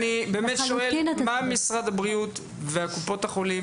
אני באמת שואל מה משרד הבריאות וקופות החולים